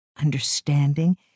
Understanding